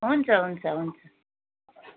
हुन्छ हुन्छ हुन्छ